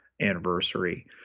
anniversary